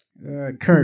Kirk